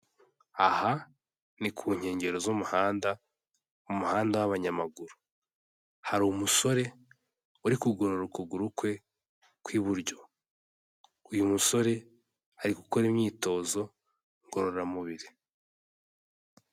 Aha ni ku nkengero z'umuhanda, umuhanda w'abanyamaguru, hari umusore uri kugorora ukuguru kwe kw'iburyo, uyu musore ari gukora imyitozo ngororamubiri.